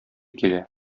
килә